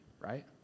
Right